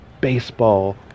baseball